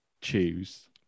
choose